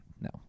no